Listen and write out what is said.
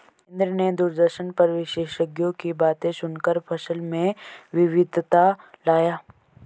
इंद्र ने दूरदर्शन पर विशेषज्ञों की बातें सुनकर फसल में विविधता लाया